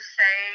say